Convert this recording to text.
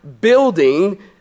building